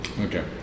okay